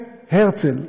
והרצל.